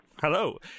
Hello